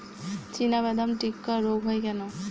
চিনাবাদাম টিক্কা রোগ হয় কেন?